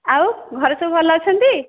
ଆଉ ଘରେ ସବୁ ଭଲ ଅଛନ୍ତି